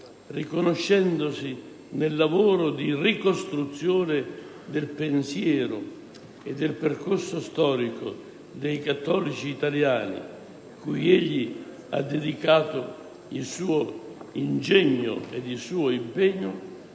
riconoscendosi nel lavoro di ricostruzione del pensiero e del percorso storico dei cattolici italiani - cui egli ha dedicato il suo ingegno ed il suo impegno